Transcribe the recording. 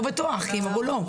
לא בטוח.